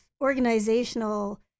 organizational